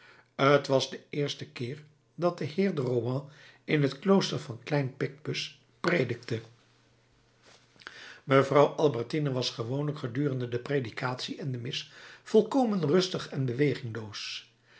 t was den eersten keer dat de heer de rohan in het klooster van klein picpus predikte mevrouw albertine was gewoonlijk gedurende de predikatie en de mis volkomen rustig en